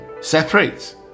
separate